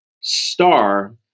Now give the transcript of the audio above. star